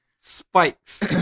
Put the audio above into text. spikes